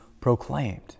proclaimed